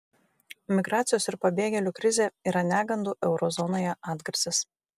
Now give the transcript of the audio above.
migracijos ir pabėgėlių krizė yra negandų euro zonoje atgarsis